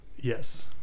yes